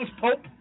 Pope